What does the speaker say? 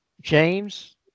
james